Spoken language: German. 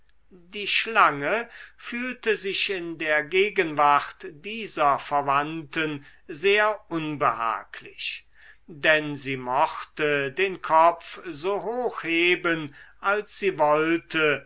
die schlange fühlte sich in der gegenwart dieser verwandten sehr unbehaglich denn sie mochte den kopf so hoch heben als sie wollte